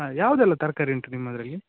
ಹಾಂ ಯಾವುದೆಲ್ಲಾ ತರಕಾರಿ ಉಂಟು ನಿಮ್ಮದರಲ್ಲಿ